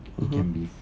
mmhmm